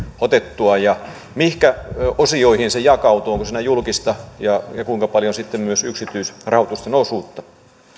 otettua mihinkä osioihin se jakautuu kuinka paljon siinä on julkista rahoitusta ja kuinka paljon yksityisrahoituksen osuutta